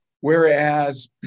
Whereas